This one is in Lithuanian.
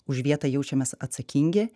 už vietą jaučiamės atsakingi